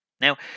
Now